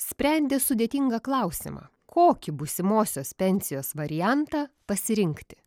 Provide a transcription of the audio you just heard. sprendė sudėtingą klausimą kokį būsimosios pensijos variantą pasirinkti